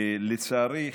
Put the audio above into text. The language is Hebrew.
לצערי,